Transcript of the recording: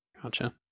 gotcha